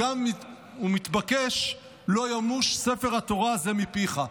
והוא גם מתבקש "לא ימוש ספר התורה הזה מפיך".